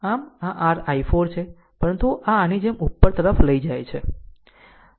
આમ આ r i4 છે પરંતુ આ આની જેમ ઉપર તરફ લઈ જાય છે